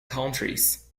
countries